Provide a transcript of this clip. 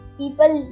people